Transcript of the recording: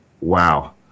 wow